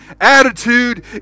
attitude